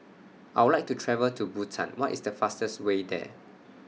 I Would like to travel to Bhutan What IS The fastest Way There